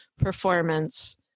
performance